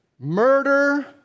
murder